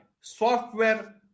Software